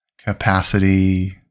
capacity